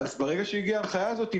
ברגע שהגיעה ההנחיה הזאת,